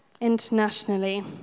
internationally